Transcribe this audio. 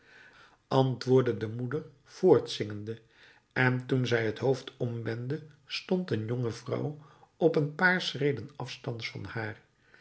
antwoordde de moeder voortzingende en toen zij het hoofd omwendde stond een jonge vrouw op een paar schreden afstands van haar